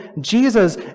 Jesus